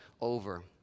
over